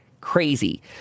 crazy